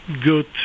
good